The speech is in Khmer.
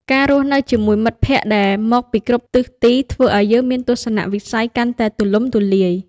ការរស់នៅជាមួយមិត្តភក្តិដែលមកពីគ្រប់ទិសទីធ្វើឲ្យយើងមានទស្សនៈវិស័យកាន់តែទូលំទូលាយ។